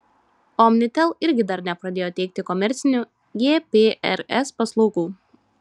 omnitel irgi dar nepradėjo teikti komercinių gprs paslaugų